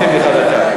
אני אוסיף לך דקה.